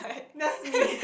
that's me